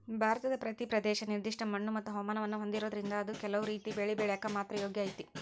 ಭಾರತದ ಪ್ರತಿ ಪ್ರದೇಶ ನಿರ್ದಿಷ್ಟ ಮಣ್ಣುಮತ್ತು ಹವಾಮಾನವನ್ನ ಹೊಂದಿರೋದ್ರಿಂದ ಅದು ಕೆಲವು ರೇತಿ ಬೆಳಿ ಬೆಳ್ಯಾಕ ಮಾತ್ರ ಯೋಗ್ಯ ಐತಿ